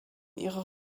ihre